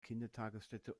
kindertagesstätte